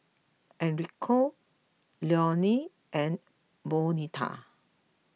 Enrico Leonel and Bonita